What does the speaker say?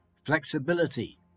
Flexibility